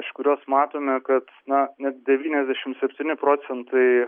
iš kurios matome kad na net devyniasdešimt septyni procentai